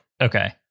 Okay